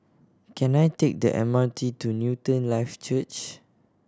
can I take the M R T to Newton Life Church